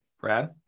Brad